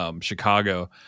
Chicago